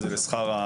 מה ההוצאות,